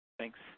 Thanks